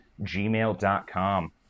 gmail.com